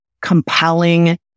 compelling